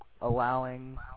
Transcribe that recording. allowing